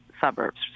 suburbs